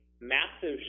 massive